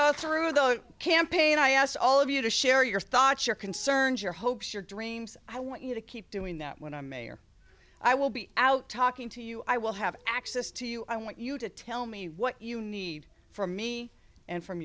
so through the campaign i asked all of you to share your thoughts your concerns your hopes your dreams i want you to keep doing that when i'm mayor i will be out talking to you i will have access to you i want you to tell me what you need for me and from